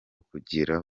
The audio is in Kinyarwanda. kugera